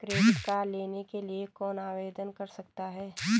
Credit card लेने के लिए कौन आवेदन कर सकता है?